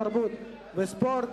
התרבות והספורט,